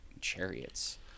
Chariots